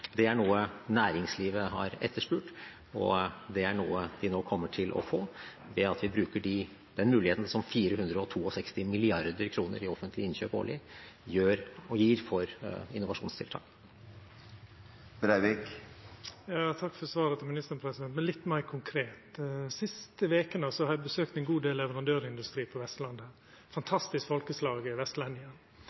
Det er noe næringslivet har etterspurt, og det er noe de nå kommer til å få, ved at vi bruker den muligheten som 462 mrd. kr i offentlige innkjøp årlig gir for innovasjonstiltak. Takk for svaret frå ministeren, men litt meir konkret: Dei siste vekene har eg besøkt ein god del av leverandørindustrien på Vestlandet – eit fantastisk folkeslag, vestlendingane: Trass i